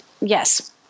yes